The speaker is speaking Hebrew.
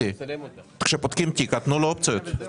הצבעה הרוויזיה לא נתקבלה הרוויזיה לא התקבלה.